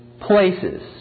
places